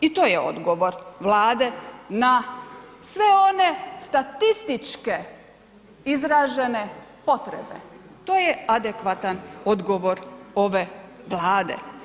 I to je odgovor Vlade na sve one statističke izražene potrebe, to je adekvatan odgovor ove Vlade.